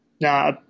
nah